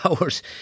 hours